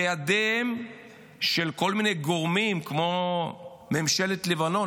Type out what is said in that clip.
בידיהם של כל מיני גורמים כמו ממשלת לבנון.